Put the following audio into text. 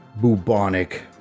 bubonic